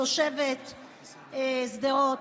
וכתושבת שדרות,